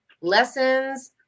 lessons